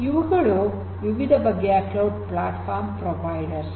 ಇವುಗಳು ವಿವಿಧ ಬಗೆಯ ಕ್ಲೌಡ್ ಪ್ಲಾಟ್ಫಾರ್ಮ್ ಪ್ರೊವೈಡರ್ಸ್